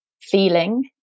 feeling